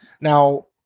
now